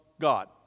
God